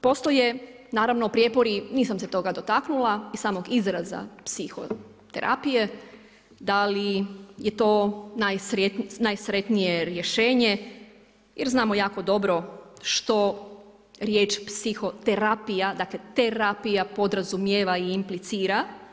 Postoje naravno prijepori, nisam se toga dotaknula i samog izraza psihoterapije da li je to najsretnije rješenje jer znamo jako dobro što riječ psiho terapija, dakle terapija podrazumijeva i implicira.